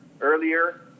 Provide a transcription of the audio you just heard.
earlier